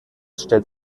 stellt